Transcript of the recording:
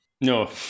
No